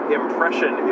impression